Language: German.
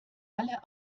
alle